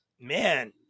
man